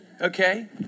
okay